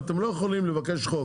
אתם לא יכולים לבקש חוק